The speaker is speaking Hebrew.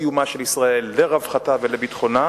לקיומה של ישראל, לרווחתה ולביטחונה,